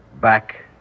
Back